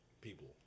people